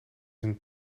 een